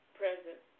present